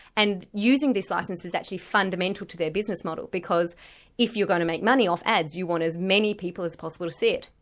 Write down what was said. and using this licence is actually fundamental to their business model because if you're going to make money off ads you want as many people as possible to see it.